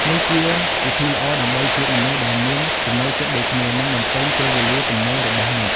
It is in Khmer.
នេះជាវិធីល្អដើម្បីជួបមនុស្សដែលមានចំណូលចិត្តដូចគ្នា និងបំពេញពេលវេលាទំនេររបស់អ្នក។